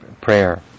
prayer